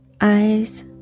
eyes